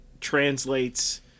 translates